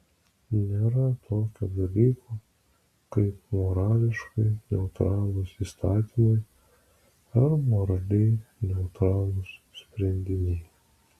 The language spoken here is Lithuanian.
nėra tokio dalyko kaip morališkai neutralūs įstatymai ar moraliai neutralūs sprendiniai